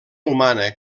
humana